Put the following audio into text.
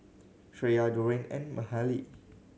Shreya Dorian and Mahalie